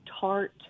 tart